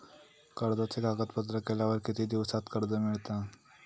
कर्जाचे कागदपत्र केल्यावर किती दिवसात कर्ज मिळता?